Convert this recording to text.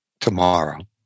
tomorrow